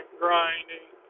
grinding